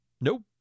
nope